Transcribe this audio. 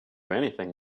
anything